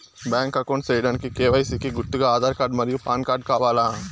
Bank account సేయడానికి KYC కి గుర్తుగా ఆధార్ కార్డ్ మరియు పాన్ కార్డ్ కావాలా?